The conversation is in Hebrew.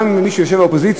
גם אם מישהו יושב באופוזיציה,